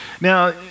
Now